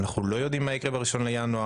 כי אנחנו לא יודעים מה יקרה ב-1 בינואר.